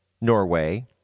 Norway